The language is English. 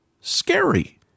scary